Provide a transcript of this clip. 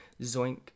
Zoink